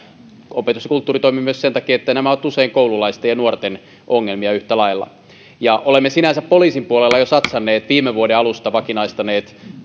opetus ja kulttuuritoimi myös sen takia että nämä ovat usein koululaisten ja nuorten ongelmia yhtä lailla ja olemme sinänsä poliisin puolella jo satsanneet viime vuoden alusta vakinaistaneet